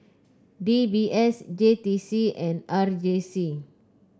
D B S J T C and R J C